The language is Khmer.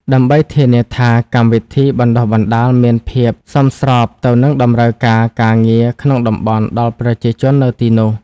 ដើម្បីធានាថាកម្មវិធីបណ្តុះបណ្តាលមានភាពសមស្របទៅនឹងតម្រូវការការងារក្នុងតំបន់ដល់ប្រជាជននៅទីនោះ។